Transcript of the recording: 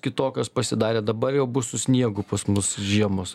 kitokios pasidarė dabar jau bus su sniegu pas mus žiemos